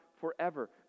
forever